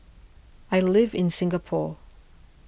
I live in Singapore